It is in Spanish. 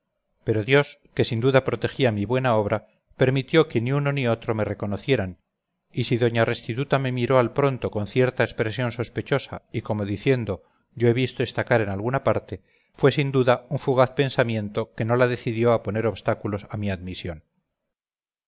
pero dios que sin duda protegía mi buena obra permitió que ni uno ni otro me reconocieran y si doña restituta me miró al pronto con cierta expresión sospechosa y como diciendo yo he visto esta cara en alguna parte fue sin duda un fugaz pensamiento que no la decidió a poner obstáculos a mi admisión